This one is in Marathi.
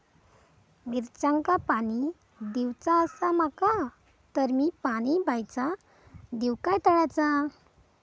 मिरचांका पाणी दिवचा आसा माका तर मी पाणी बायचा दिव काय तळ्याचा?